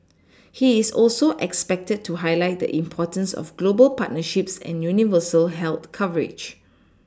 he is also expected to highlight the importance of global partnerships and universal health coverage